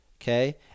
Okay